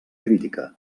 crítica